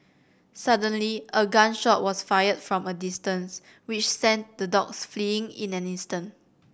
suddenly a gun shot was fired from a distance which sent the dogs fleeing in an instant